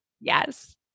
Yes